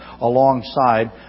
alongside